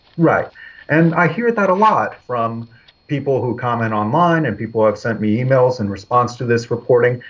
right and i hear that a lot from people who comment online. and people have sent me e-mails in response to this reporting.